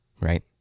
right